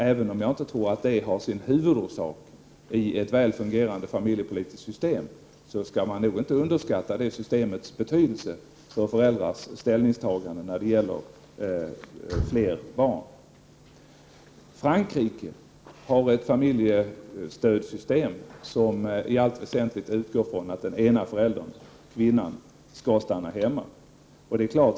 Även om jag inte tror att det har sin huvudorsak i ett väl fungerande familjepolitiskt system, skall man nog inte underskatta det systemets betydelse för föräldrarnas ställningstagande till fler barn. Frankrike har ett familjestödssystem som i allt väsentligt utgår från att den ena föräldern, kvinnan, skall stanna hemma.